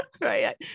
right